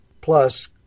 plus